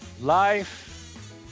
Life